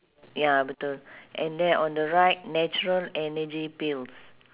ya betul and then on the right natural energy pills